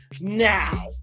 Now